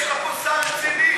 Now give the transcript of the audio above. יש לך פה שר רציני.